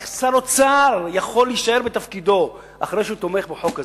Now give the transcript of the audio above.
איך שר אוצר יכול להישאר בתפקידו אחרי שהוא תומך בחוק הזה.